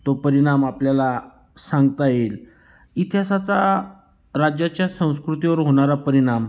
तो परिणाम आपल्याला सांगता येईल इतिहासाचा राज्याच्या संस्कृतीवर होणारा परिणाम